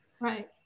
right